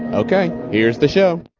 ok, here's the show